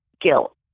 guilt